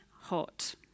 hot